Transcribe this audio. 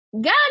God